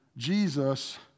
Jesus